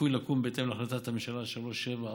הצפוי לקום בהתאם להחלטת ממשלה 3742